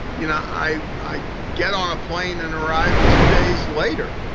you know, i i get on a plane and arrive two days later.